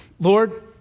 Lord